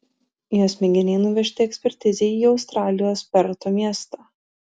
jos mėginiai nuvežti ekspertizei į australijos perto miestą